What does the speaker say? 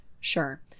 Sure